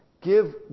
Give